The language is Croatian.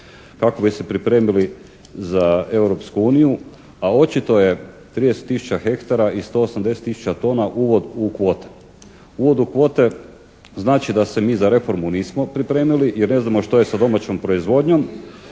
kako bi se pripremili za Europsku uniju, a očito je 30 tisuća hektara i 180 tisuća tona uvod u kvote. Uvod u kvote znači da se mi za reformu nismo pripremili jer ne znamo što je sa domaćom proizvodnjom